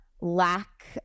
lack